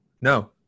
no